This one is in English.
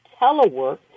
telework